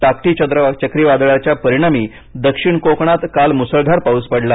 टाक्टी चक्रीवादळाच्या परिणामी दक्षिण कोकणात काल मुसळधार पाऊस पडला